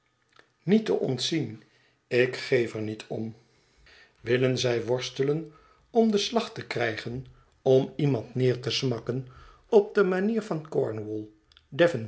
niet te ontzien ik geef er niet om willen zij worstelen om den slag te krijgen om iemand neer te smakken op de manier van cornwall